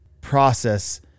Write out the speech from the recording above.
process